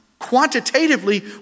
quantitatively